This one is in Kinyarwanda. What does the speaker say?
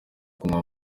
kunywa